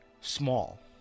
small